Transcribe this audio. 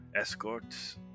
escorts